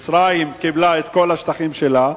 כנראה, מצרים קיבלה את כל השטחים שלה,